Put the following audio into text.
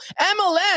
MLS